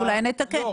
אז אולי נתקן את זה.